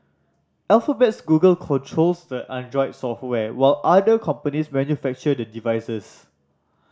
Alphabet's Google controls the Android software while other companies manufacture the devices